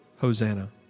Hosanna